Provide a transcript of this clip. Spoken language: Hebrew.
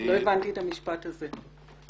לא הבנתי את המשפט הזה,